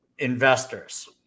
investors